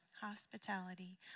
hospitality